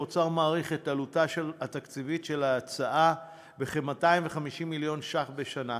האוצר מעריך את עלותה התקציבית של ההצעה בכ-250 מיליון שקלים בשנה,